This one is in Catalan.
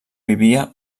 vivia